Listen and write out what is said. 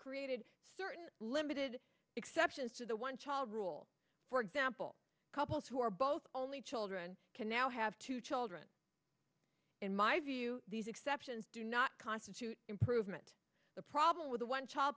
created certain limited exceptions to the one child rule for example couples who are both only children can now have two children in my view these exceptions do not constitute improvement the problem with a one child